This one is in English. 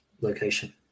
location